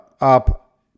up